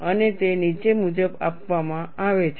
અને તે નીચે મુજબ આપવામાં આવે છે